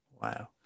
Wow